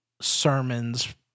sermons